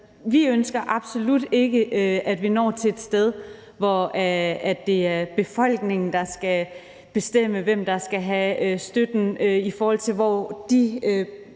vi ønsker absolut ikke, at vi når til et sted, hvor det er befolkningen, der skal bestemme, hvem der skal have støtten, i forhold til hvor de